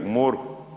U moru,